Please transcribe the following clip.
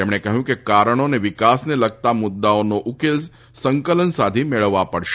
તેમણે કહ્યું કે કારણો તથા વિકાસને લગતા મુદ્દાઓનો ઉકેલ સંકલન સાધી મેળવવો પડશે